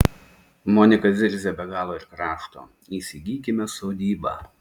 monika zirzia be galo ir krašto įsigykime sodybą